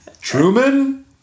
Truman